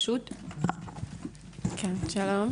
שלום.